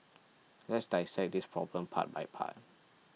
let's dissect this problem part by part